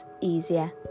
easier